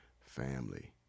family